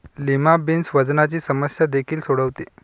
lima beans वजनाची समस्या देखील सोडवते